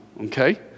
Okay